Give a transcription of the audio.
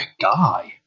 guy